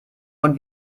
und